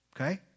okay